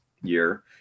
year